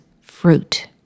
fruit